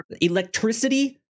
electricity